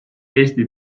eesti